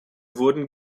wurden